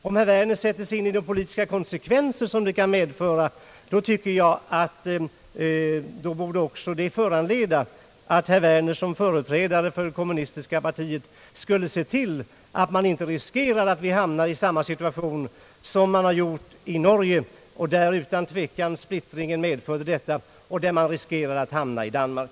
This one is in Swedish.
Om herr Werner sätter sig in i de politiska konsekvenser det kan medföra bör det föranleda, att herr Werner som företrädare för det kommunistiska partiet ser till att vi inte riskerar hamna i samma situation som man har gjort i Norge, vilket utan tvivel berodde på splittringen, och som man riskerar att göra i Danmark.